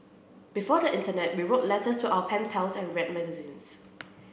before the internet we wrote letters to our pen pals and read magazines